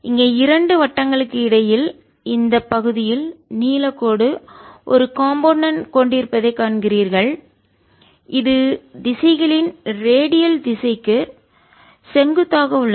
இங்கே இரண்டு வட்டங்களுக்கு இடையில் இந்த பகுதியில் நீலக்கோடு ஒரு காம்போனன்ட் கூறு கொண்டிருப்பதைக் காண்கிறீர்கள் இது திசைகளின் ரேடியல் திசைக்கு செங்குத்தாக உள்ளது